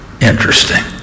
interesting